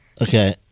Okay